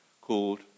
called